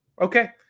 okay